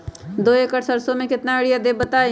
दो एकड़ सरसो म केतना यूरिया देब बताई?